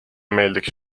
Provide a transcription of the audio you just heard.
meeldiks